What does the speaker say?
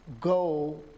go